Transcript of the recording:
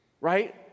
right